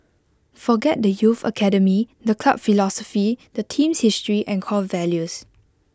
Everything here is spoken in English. forget the youth academy the club philosophy the team's history and core values